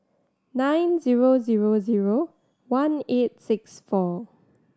nine zero zero zero one eight six four